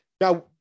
now